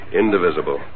indivisible